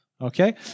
Okay